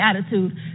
attitude